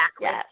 Yes